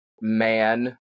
man